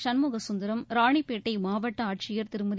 சண்முககந்தரம் ராணிப்பேட்டை மாவட்ட ஆட்சியர் திருமதி